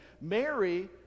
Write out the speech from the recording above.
Mary